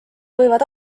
võivad